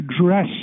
address